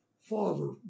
Father